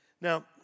Now